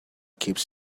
keeps